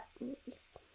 buttons